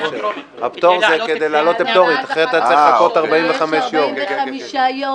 כדי להעלות לטרומית, אחרת צריך לחכות 45 יום.